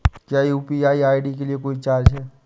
क्या UPI ID के लिए कोई चार्ज है?